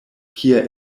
kie